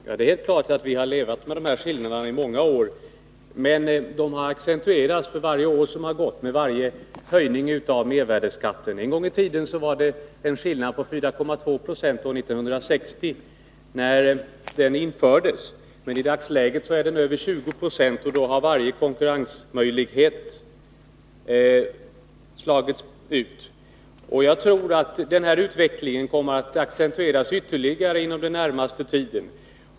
Fru talman! Det är klart att vi har levt med denna skillnad i många år, men den har accentuerats för varje år som gått, med varje höjning av mervärdeskatten. År 1960 var denna skillnad 4,2 26, när beskattningen infördes. Men i dagsläget är den över 20 26, och därmed har varje konkurrensmöjlighet slagits ut. Jag tror att denna utveckling kommer att accentueras ytterligare inom den närmaste tiden.